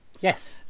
yes